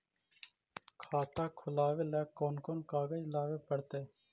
खाता खोलाबे ल कोन कोन कागज लाबे पड़तै?